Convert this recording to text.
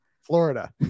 Florida